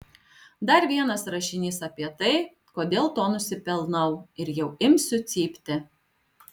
dar vienas rašinys apie tai kodėl to nusipelnau ir jau imsiu cypti